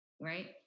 Right